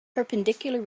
perpendicular